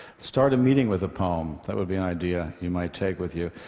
start a meeting with a poem. that would be an idea you might take with you.